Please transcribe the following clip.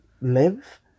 live